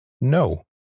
no